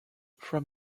from